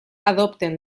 adopten